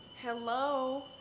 hello